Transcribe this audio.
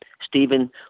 Stephen